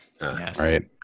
Right